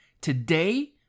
today